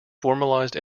formalized